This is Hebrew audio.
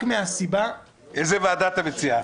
רק מהסיבה --- איזו ועדה אתה מציע?